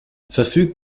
verfügt